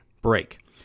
break